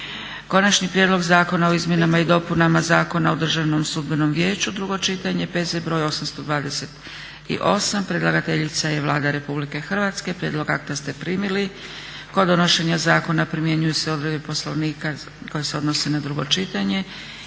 Konačni prijedlog zakona o izmjenama i dopunama Zakona o Državnom sudbenom vijeću, drugo čitanje, P.Z. br. 828; Predlagateljica je Vlada Republike Hrvatske. Prijedlog akta ste primili. Kod donošenja zakona primjenjuju se odredbe Poslovnika koje se odnose na drugo čitanje